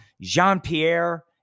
Jean-Pierre